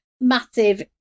massive